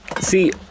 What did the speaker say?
see